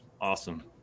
awesome